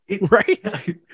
right